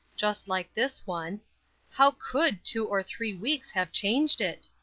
just like this one how could two or three weeks have changed it?